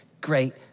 great